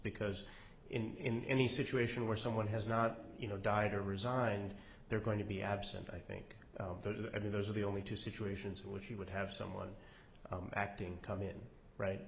because in the situation where someone has not you know died or resigned they're going to be absent i think i mean those are the only two situations in which she would have someone acting come in right